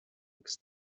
agus